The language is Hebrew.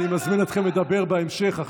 אני מזמין אתכם לדבר בהמשך.